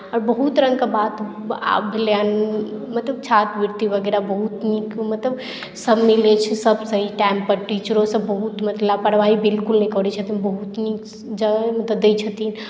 आ बहुत रङ्गके बात आब भेलै हन मतलब छात्रवृत्ति वगैरह बहुत नीक मतलब सभ मिलैत छै सभ सही टाइमपर टीचरोसभ बहुत नीक लापरवाही बिलकुल नहि करैत छथिन बहुत नीक जवाब दैत छथिन